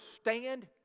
stand